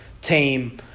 team